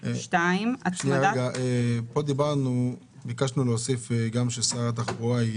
אלכס, אמרנו שאנחנו נבדוק את הוספת שר התחבורה.